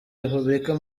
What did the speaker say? repubulika